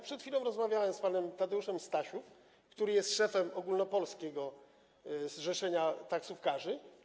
Przed chwilą rozmawiałem z panem Tadeuszem Stasiówem, który jest szefem ogólnopolskiego zrzeszenia taksówkarzy.